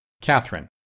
Catherine